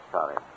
Sorry